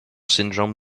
syndrome